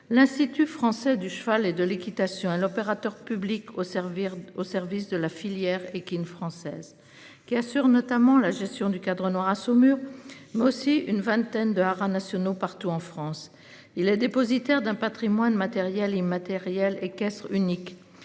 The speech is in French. l'institut français du cheval et de l'équitation à l'opérateur public au servir au service de la filière et qui une française qui assure notamment la gestion du Cadre Noir à Saumur. Moi aussi. Une vingtaine de haras nationaux, partout en France, il est dépositaire d'un Patrimoine matériel et immatériel équestre unique.